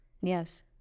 Yes